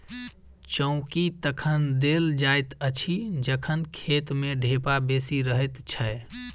चौकी तखन देल जाइत अछि जखन खेत मे ढेपा बेसी रहैत छै